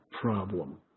problem